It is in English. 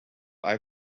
eye